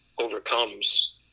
overcomes